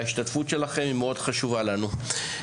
ההשתתפות שלכם מאוד חשובה לנו.